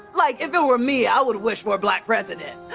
like, if it were me, i would wish for a black president.